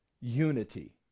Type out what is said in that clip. unity